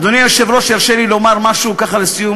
אדוני היושב-ראש ירשה לי לומר משהו לסיום,